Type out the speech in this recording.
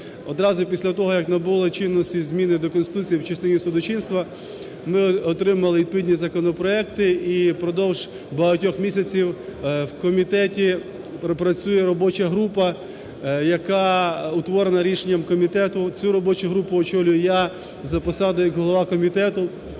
Одразу після того як набули чинності зміни до Конституції в частині судочинства, ми отримали відповідні законопроекти і впродовж багатьох місяців в комітеті працює робоча група, яка утворена рішенням комітету, цю робочу групу очолюю я, за посадою як голова комітету.